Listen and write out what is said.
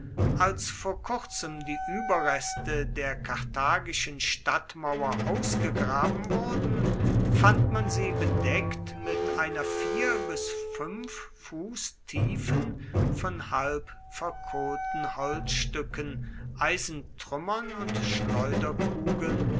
als vor kurzem die überreste der karthagischen stadtmauer aufgegraben wurden fand man sie bedeckt mit einer vier bis fünf fuß tiefen von halb verkohlten holzstücken eisentrümmern und